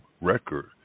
record